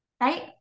right